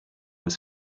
was